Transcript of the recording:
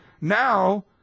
now